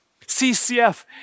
CCF